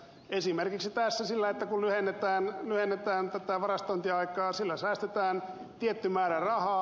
esimerkiksi tässä kun lyhennetään varastointiaikaa säästetään tietty määrä rahaa